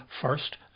first